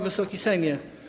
Wysoki Sejmie!